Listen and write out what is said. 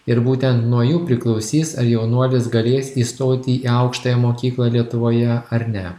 ir būtent nuo jų priklausys ar jaunuolis galės įstoti į aukštąją mokyklą lietuvoje ar ne